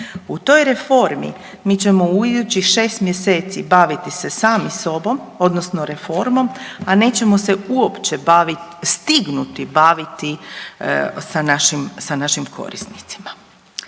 U toj reformi mi ćemo u idućih 6 mjeseci baviti se sami sobom odnosno reformom, a nećemo se uopće bavit, stignuti baviti sa našim, sa našim